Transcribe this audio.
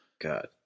God